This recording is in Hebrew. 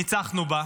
ניצחנו בה,